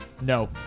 No